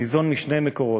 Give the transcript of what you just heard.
ניזון משני מקורות.